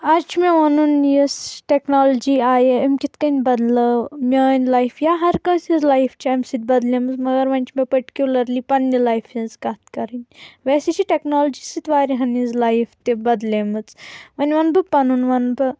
آز چھُ مےٚ ونُن یۄس ٹیکنالوجی آیہِ أمۍ کِتھ کٔنۍ بدلٲو میٲنۍ لایِف یا ہرٕ کٲنسہِ ہِنٛز لایف چھِ امہِ سۭتۍ بدلٲمٕژ مگر ونۍ چھُ مےٚ پٹَکیولرلی پنٕنہِ لایفہِ ہِنٛز کتھ کرٕنۍ ویسے چھُ ٹیکنالوجی سۭتۍ واریاہن ہِنٛز لایف تہِ بدلٲمٕژ ونۍ ونہٕ بہ پنُن ونہٕ بہ